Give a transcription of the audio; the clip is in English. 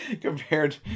compared